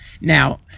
Now